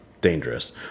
dangerous